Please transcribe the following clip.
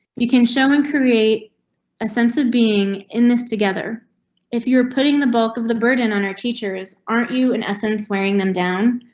you can show in create a sense of being in this together if you're putting the bulk of the burden on our teachers, aren't you? in essence, wearing them down?